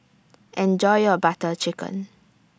Enjoy your Butter Chicken